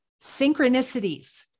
synchronicities